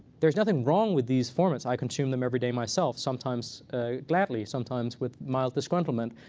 there's nothing wrong with these formats. i consume them everyday myself sometimes gladly, sometimes, with mild disgruntlement.